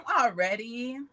already